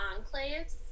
enclaves